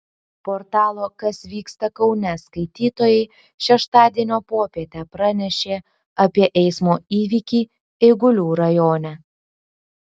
portalo kas vyksta kaune skaitytojai šeštadienio popietę pranešė apie eismo įvykį eigulių rajone